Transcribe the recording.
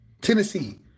Tennessee